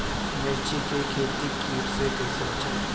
मिर्च के खेती कीट से कइसे बचाई?